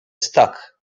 stuck